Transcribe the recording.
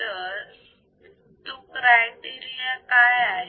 तर तो क्रायटेरिया काय आहे